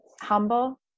humble